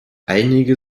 einige